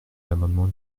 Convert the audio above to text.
l’amendement